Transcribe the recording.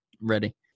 ready